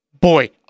Boy